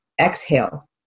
exhale